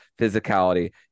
physicality